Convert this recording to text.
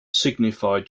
signified